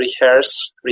Rehearse